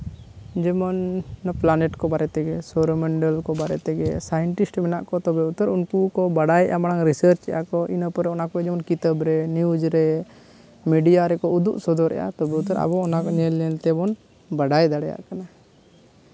ᱡᱮᱢᱚᱱ ᱱᱚᱣᱟ ᱯᱞᱟᱱᱮᱴ ᱠᱚ ᱵᱟᱨᱮ ᱛᱮᱜᱮ ᱥᱳᱨᱚ ᱢᱚᱱᱰᱚᱞ ᱠᱚ ᱵᱟᱨᱮ ᱛᱮᱜᱮ ᱥᱟᱭᱮᱱᱴᱤᱥᱴ ᱢᱮᱱᱟᱜ ᱠᱚᱣᱟ ᱛᱚᱵᱮ ᱛᱚ ᱩᱱᱠᱩ ᱠᱚ ᱵᱟᱲᱟᱭᱮᱜᱼᱟ ᱵᱟᱝ ᱨᱤᱥᱟᱨᱪᱮᱜᱼᱟ ᱤᱱᱟᱹ ᱯᱚᱨᱮ ᱚᱱᱟ ᱠᱚ ᱡᱮᱢᱚᱱ ᱠᱤᱛᱟᱹᱵ ᱨᱮ ᱱᱤᱭᱩᱡᱽ ᱨᱮ ᱢᱤᱰᱤᱭᱟ ᱨᱮᱠᱚ ᱩᱫᱩᱜ ᱥᱚᱫᱚᱨᱮᱜᱼᱟ ᱛᱚᱵᱮ ᱚᱱᱟ ᱟᱵᱚ ᱧᱮᱞ ᱧᱮᱞ ᱛᱮᱵᱚᱱ ᱵᱟᱰᱟᱭ ᱫᱟᱲᱮᱭᱟᱜ ᱠᱟᱱᱟ